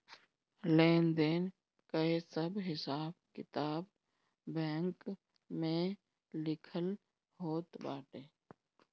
लेन देन कअ सब हिसाब किताब बैंक में लिखल होत बाटे